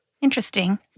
Interesting